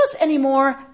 anymore